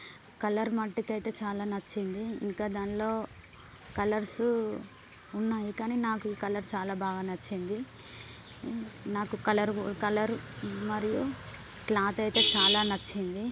colour మట్టుకైతే చాలా నచ్చింది ఇంకా దానిలో కలర్స్ వున్నాయి కానీ నాకు ఈ కలర్ చాలా బాగా నచ్చింది నాకు కలర్ కలర్ మరియు క్లాత్ అయితే చాలా నచ్చింది